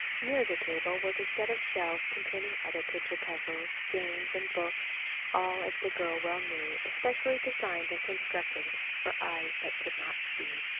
near the table was a set of shelves containing other picture puzzles, games, and books all, as the girl well knew, especially designed and constructed for eyes that could not see.